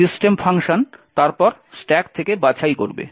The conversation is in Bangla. সিস্টেম ফাংশন তারপর স্ট্যাক থেকে বাছাই করবে